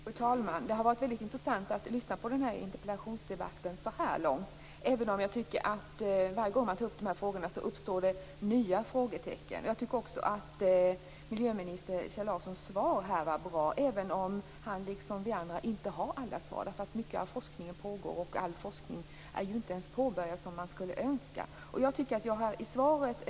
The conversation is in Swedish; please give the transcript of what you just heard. Fru talman! Det har varit väldigt intressant att lyssna på den här interpellationsdebatten så här långt även om jag tycker att det uppstår nya frågetecken varje gång man tar upp frågorna. Jag tycker också att miljöminister Kjell Larssons svar var bra även om han, lika lite som vi andra, har alla svar. Mycket av forskningen pågår, och all forskning som man skulle önska är ju inte ens påbörjad.